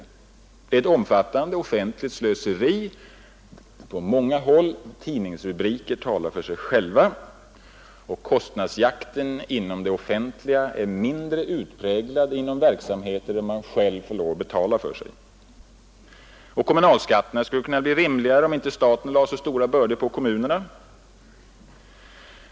Det förekommer ett omfattande offentligt slöseri — tidningsrubrikerna talar för sig själva — och kostnadsjakten inom det offentliga är mindre utpräglad än inom verksamheter där man själv måste betala för sig. Också kommunalskatterna skulle kunna bli rimligare, om inte staten lade så stora bördor på kommunerna.